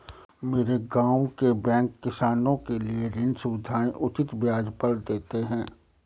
मेरे गांव के बैंक किसानों के लिए ऋण सुविधाएं उचित ब्याज पर देते हैं